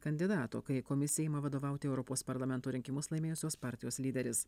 kandidato kai komisijai ima vadovauti europos parlamento rinkimus laimėjusios partijos lyderis